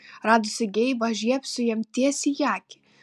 radusi geibą žiebsiu jam tiesiai į akį